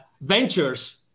ventures